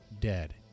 dead